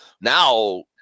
now